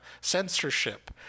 censorship